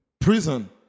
prison